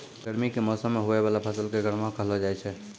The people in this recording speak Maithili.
गर्मी के मौसम मे हुवै वाला फसल के गर्मा कहलौ जाय छै